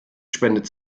spendet